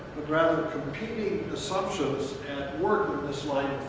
rather competing assumptions at work in this line